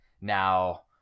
now